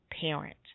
parent